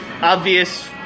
obvious